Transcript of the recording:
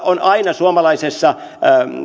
on aina suomalaisessa